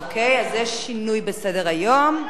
אוקיי, יש שינוי בסדר-היום.